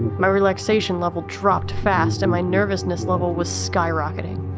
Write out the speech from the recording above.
my relaxation level dropped fast and my nervousness level was skyrocketing.